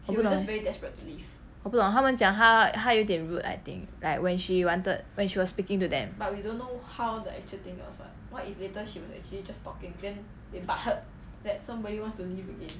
我不懂我不懂他们讲她她有点 rude like I think like when she wanted when she was speaking to them